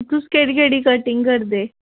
तुस केह्ड़ी केह्ड़ी कटिंग करदे